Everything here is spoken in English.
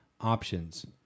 options